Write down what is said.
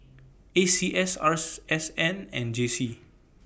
A C S Rs S N and J C